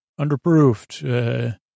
underproofed